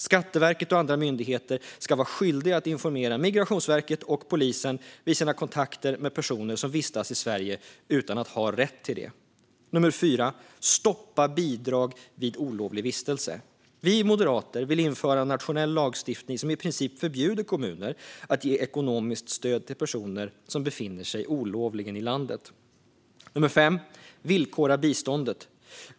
Skatteverket och andra myndigheter ska vara skyldiga att informera Migrationsverket och polisen vid kontakt med personer som vistas i Sverige utan att ha rätt till det. Det fjärde är att stoppa bidrag vid olovlig vistelse. Vi moderater vill införa nationell lagstiftning som i princip förbjuder kommuner att ge ekonomiskt stöd till personer som befinner sig olovligen i landet. Det femte är att villkora biståndet.